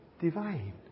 divine